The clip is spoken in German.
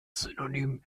synonym